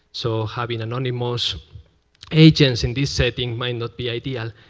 so having anonymous agents in this setting might not be ideal.